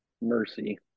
mercy